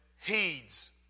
heeds